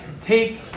take